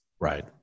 Right